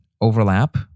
overlap